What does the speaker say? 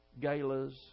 galas